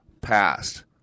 past